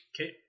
Okay